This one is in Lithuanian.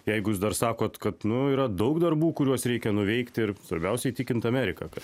jeigu jūs dar sakot kad nu yra daug darbų kuriuos reikia nuveikti ir svarbiausia įtikint ameriką kad